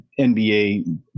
NBA